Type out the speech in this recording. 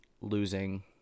losing